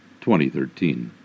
2013